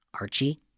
Archie